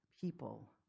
people